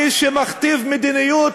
ב-2012 אנחנו מגלים את המנהרות.